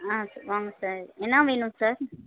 ஆ வாங்க சார் என்ன வேணும் சார்